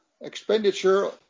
expenditure